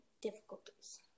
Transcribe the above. difficulties